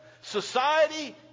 Society